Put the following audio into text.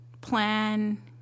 plan